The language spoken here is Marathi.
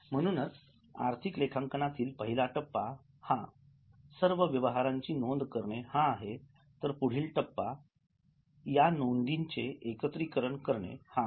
म्हणूनच आर्थिक लेखांकनातील पहिला टप्पा हा सर्व ववहारांची नोंद करणे हा आहे तर पुढील टप्पा या नोंदींचे एकत्रीकरण हा आहे